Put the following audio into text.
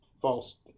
false